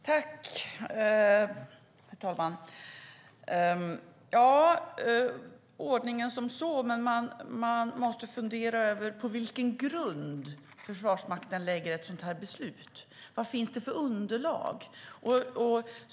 Herr talman! När det gäller ordningen som sådan måste man fundera på vilken grund Försvarsmakten lägger ett sådant beslut. Vad finns det för underlag?